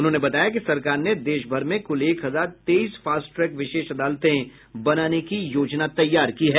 उन्होंने बताया कि सरकार ने देशभर मे कुल एक हजार तेईस फास्ट ट्रैक विशेष अदालतें बनाने की योजना तैयार की है